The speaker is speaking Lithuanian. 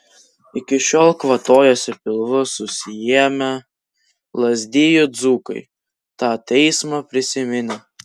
iki šiol kvatojasi pilvus susiėmę lazdijų dzūkai tą teismą prisiminę